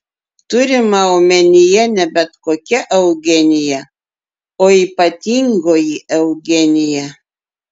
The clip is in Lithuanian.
turima omenyje ne bet kokia eugenija o ypatingoji eugenija